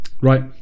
Right